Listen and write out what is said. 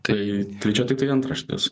tai tai čia tiktai antraštės